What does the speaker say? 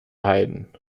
heiden